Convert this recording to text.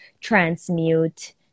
transmute